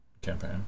campaign